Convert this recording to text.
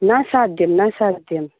न साध्यं न साध्यं